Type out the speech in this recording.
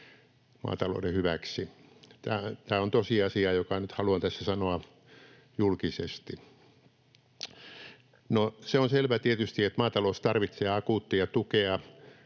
maatalouden hyväksi. Tämä on tosiasia, jonka nyt haluan tässä sanoa julkisesti. No, se on selvä tietysti, että maatalous tarvitsee tässä